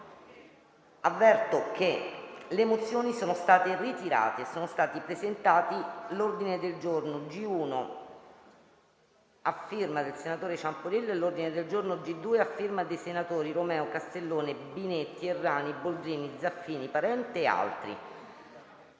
Avverto che le mozioni sono state ritirate e sono stati presentati l'ordine del giorno G1, a firma del senatore Ciampolillo, e l'ordine del giorno G2, a firma dei senatori Romeo, Castellone, Binetti, Errani, Boldrini, Zaffini, Parente e di altri